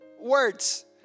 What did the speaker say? words